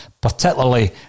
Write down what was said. particularly